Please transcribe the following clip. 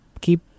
keep